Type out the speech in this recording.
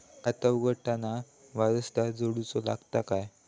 खाता उघडताना वारसदार जोडूचो लागता काय?